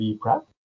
PrEP